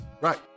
Right